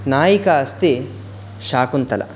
नायिका अस्ति शकुन्तला